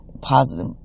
positive